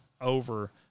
over